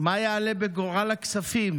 מה יעלה בגורל הכספים